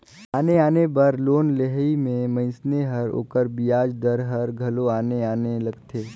आने आने बर लोन लेहई में मइनसे ल ओकर बियाज दर हर घलो आने आने लगथे